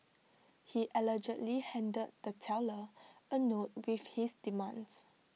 he allegedly handed the teller A note with his demands